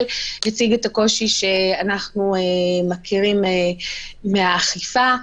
הציג את הקושי שאנחנו מכירים מהאכיפה.